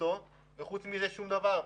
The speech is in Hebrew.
וחוץ מזה, שום דבר.